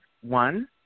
One